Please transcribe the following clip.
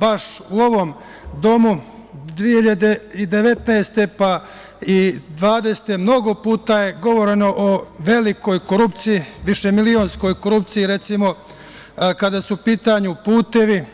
Baš u ovom domu, 2019. pa i 2020. godine, mnogo puta je govoreno o velikoj korupciji, višemilionskoj korupciji, recimo, kada su u pitanju putevi,